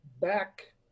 Back